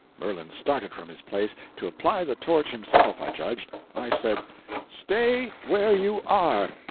merlin started from his place to apply the torch himself, i judged. i said stay where you are.